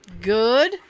Good